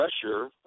pressure